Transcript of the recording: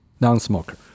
Non-smoker